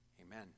amen